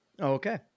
Okay